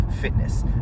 fitness